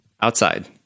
outside